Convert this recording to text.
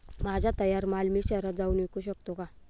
माझा तयार माल मी शहरात जाऊन विकू शकतो का?